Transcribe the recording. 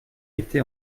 été